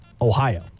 ohio